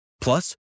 plus